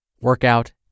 workout